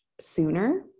sooner